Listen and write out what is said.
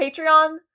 Patreon